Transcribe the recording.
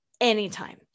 anytime